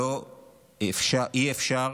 אי-אפשר